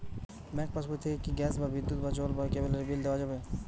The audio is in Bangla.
ব্যাঙ্ক পাশবই থেকে কি গ্যাস বা বিদ্যুৎ বা জল বা কেবেলর বিল দেওয়া যাবে?